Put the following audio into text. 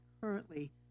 currently